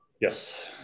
yes